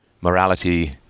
morality